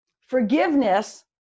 forgiveness